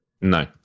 No